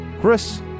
chris